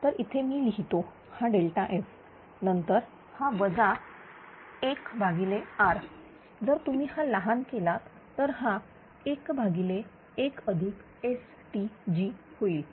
तर इथे मी लिहितो हा ΔF नंतर हा वजा1R जर तुम्ही हा लहान केलात तर हा 11STg होईल